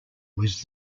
was